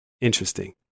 interesting